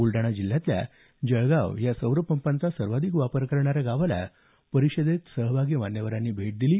बुलडाणा जिल्ह्यातल्या जळगाव या सौरपंपांचा सर्वाधिक वापर करणाऱ्या गावाला परिषदेत सहभागी मान्यवरांनी भेट दिली